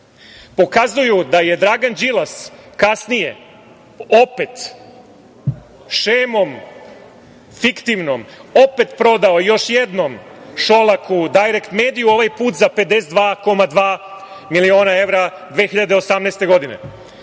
pokazuju da je Dragan Đilas kasnije fiktivnom šemom opet prodao još jednom Šolaku „Dajrek mediju“, a ovaj put za 52,2 miliona evra 2018. godine.Za